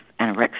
anorexia